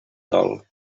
dol